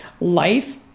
life